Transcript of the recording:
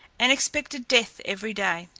and expected death every day.